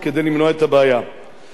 אחת ההצעות שהצעתי בזמני,